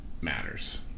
matters